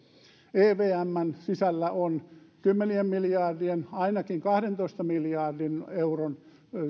evmn sisällä on kymmenien miljardien ainakin kahdentoista miljardin euron